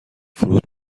فروت